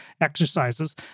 exercises